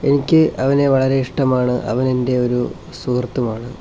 എനിക്ക് അവനെ വളരെ ഇഷ്ടമാണ് അവനെൻ്റെ ഒരു സുഹൃത്തുമാണ്